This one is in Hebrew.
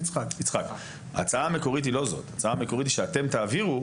ההצעה המקורית היא שאתם תעבירו,